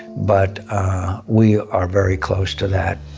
but we are very close to that.